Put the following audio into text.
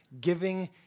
Giving